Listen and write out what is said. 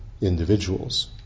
individuals